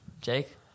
Jake